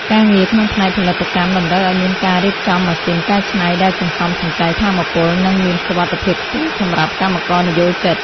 ការងារក្នុងផ្នែកផលិតកម្មតម្រូវឱ្យមានការរៀបចំម៉ាស៊ីនកែច្នៃដែលសន្សំសំចៃថាមពល និងមានសុវត្ថិភាពខ្ពស់សម្រាប់កម្មករនិយោជិត។